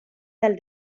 del